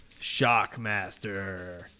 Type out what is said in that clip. Shockmaster